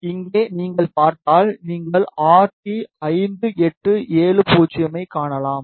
நீங்கள் இங்கே பார்த்தால் நீங்கள் RT5870 ஐக் காணலாம்